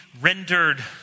rendered